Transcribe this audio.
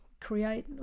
create